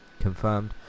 confirmed